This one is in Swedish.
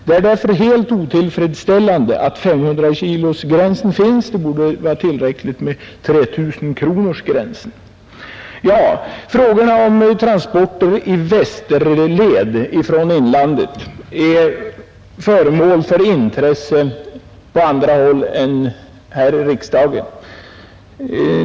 Det är därför helt otillfredsställande att 500 kilosgränsen finns. Det borde vara tillräckligt med 3 000-kronorsgränsen. Frågorna om transporter i västerled från inlandet är föremål för intresse på andra håll än här i riksdagen.